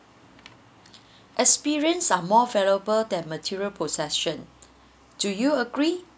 experience are more valuable than material possession do you agree